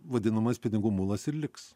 vadinamas pinigų mulas ir liks